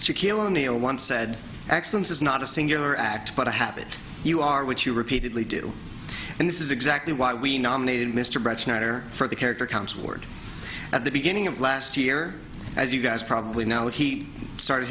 shaquille o'neil once said excellence is not a singular act but a habit you are what you repeatedly do and this is exactly why we nominated mr brett snyder for the character comes word at the beginning of last year as you guys probably know it he started